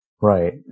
right